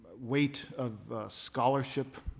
weight of scholarship,